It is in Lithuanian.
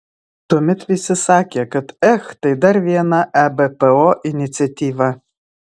tuomet visi sakė kad ech tai dar viena ebpo iniciatyva